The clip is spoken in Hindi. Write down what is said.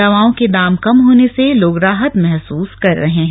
दवाओं के दाम कम होने से लोग राहत महसूस कर रहे हैं